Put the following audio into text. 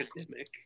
academic